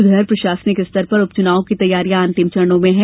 उधर प्रशासनिक स्तर पर उपचुनाव की तैयारियां अंतिम चरणों में हैं